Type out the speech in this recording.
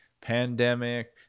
pandemic